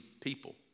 people